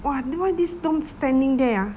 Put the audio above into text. why then why this dorm standing there